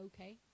okay